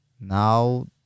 Now